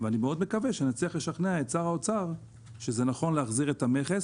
ואני מאוד מקווה שנצליח לשכנע את שר האוצר שזה נכון להחזיר את המכס.